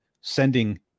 sending